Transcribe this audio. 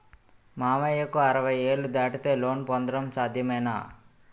మామయ్యకు అరవై ఏళ్లు దాటితే లోన్ పొందడం సాధ్యమేనా?